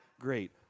great